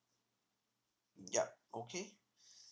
yup okay